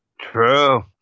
True